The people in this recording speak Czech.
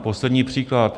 Poslední příklad.